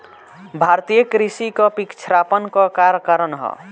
भारतीय कृषि क पिछड़ापन क कारण का ह?